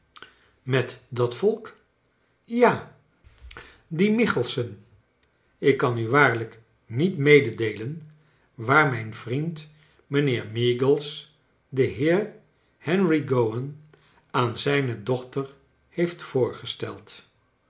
met dat volk ja die migglessen ik kan u waarlijk niet meedeelen waar mijn vriend mijnheer meagles den beer henry gowan aan zijne dochter heeft voorgesteld